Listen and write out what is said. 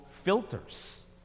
filters